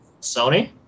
Sony